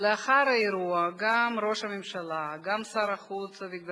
לאחר האירוע גם ראש הממשלה, גם